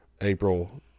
April